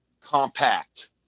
compact